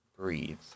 breathe